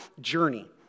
journey